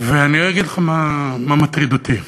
ואני אגיד לך מה מטריד אותי.